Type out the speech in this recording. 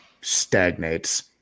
stagnates